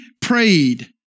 prayed